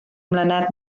mlynedd